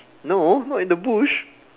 no not in the bush